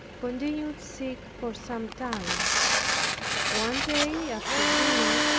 continued sick for sometime. one day, after dinner,